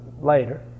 later